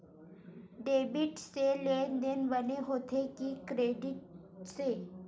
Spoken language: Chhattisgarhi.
डेबिट से लेनदेन बने होथे कि क्रेडिट से?